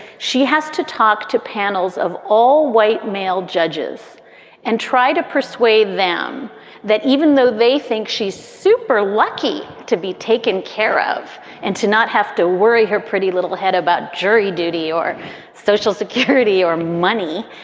she has to talk to panels of all white male judges and try to persuade them that even though they think she's super lucky to be taken care of and to not have to worry her pretty little head about jury duty or social security or money,